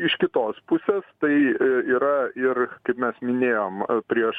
iš kitos pusės tai yra ir kaip mes minėjom prieš